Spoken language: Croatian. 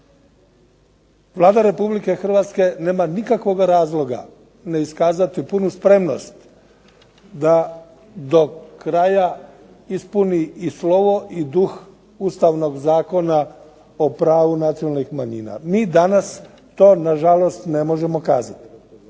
Vlada RH nema nikakvoga razloga ne iskazati punu spremnost da do kraja ispuni i slovo i duh Ustavnog Zakona o pravu nacionalnih manjina. Mi danas to, nažalost, ne možemo kazati.